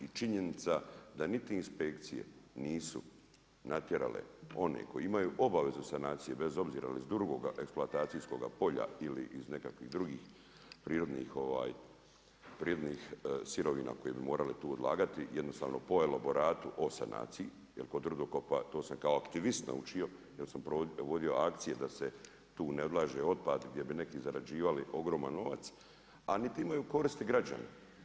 I činjenica da niti inspekcije nisu natjerale, one, koji imaju obavezu sanacija, bez obzira ili iz drugoga eksploatacijskoga polja ili iz nekakvih drugih prirodnih sirovina koje bi moralo to odlagati, jednostavno, po elaboratu o sanaciji, jer kod rudokopa, to sam kao aktivist naučio, jer sam vodio akcije da se tu ne odlaže otpad, gdje bi neki zarađivali ogroman novac, a niti imaju korist građani.